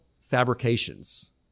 fabrications